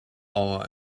our